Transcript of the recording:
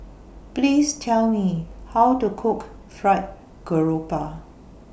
Please Tell Me How to Cook Fried Garoupa